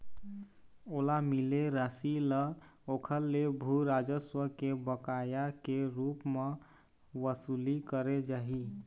ओला मिले रासि ल ओखर ले भू राजस्व के बकाया के रुप म बसूली करे जाही